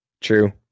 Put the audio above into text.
True